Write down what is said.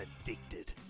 addicted